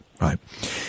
right